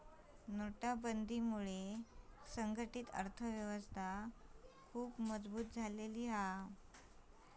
नोटबंदीमुळा संघटीत अर्थ व्यवस्था खुप मजबुत झाली हा